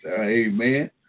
Amen